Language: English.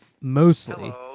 mostly